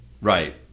Right